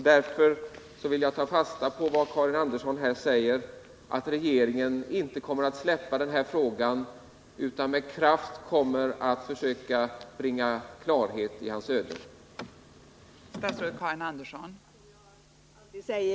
Därför vill jag ta fasta på vad Karin Andersson här säger, att regeringen inte kommer att släppa den här frågan utan med kraft kommer att försöka bringa klarhet i Mohamed Rafrafis öde.